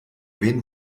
wen